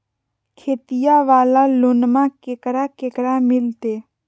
खेतिया वाला लोनमा केकरा केकरा मिलते?